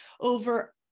over